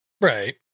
Right